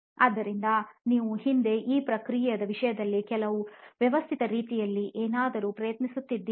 ಆದ್ದರಿಂದ ನೀವು ಹಿಂದೆ ಈ ಪ್ರಕ್ರಿಯೆಯ ವಿಷಯದಲ್ಲಿ ಅಥವಾ ಕೆಲವು ವ್ಯವಸ್ಥಿತ ರೀತಿಯಲ್ಲಿ ಏನಾದರೂ ಪ್ರಯತ್ನಿಸಿದ್ದೀರಾ